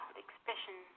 expression